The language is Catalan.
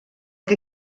que